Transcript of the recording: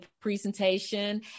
presentation